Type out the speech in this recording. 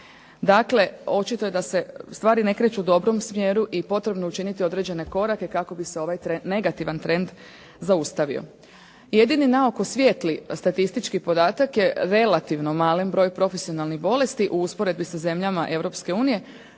Dakle, očito je da se stvari na kreću u dobrom smjeru i potrebno je učiniti određene korake kako bi se ovaj negativan trend zaustavio. Jedini naoko svijetli statistički podatak je relativno malen broj profesionalnih bolesti u usporedbi sa zemljama